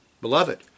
Beloved